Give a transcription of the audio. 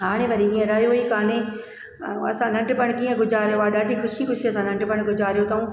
हाणे वरी हीअं रहियो ई काने ऐं असां नंढपण कीअं गुजारियो आहे ॾाढी ख़ुशी ख़ुशीअ सां नंढपण गुजारियो अथऊं